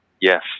Yes